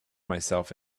myself